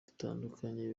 bitandukanye